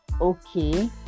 okay